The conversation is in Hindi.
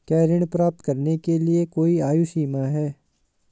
क्या ऋण प्राप्त करने के लिए कोई आयु सीमा है?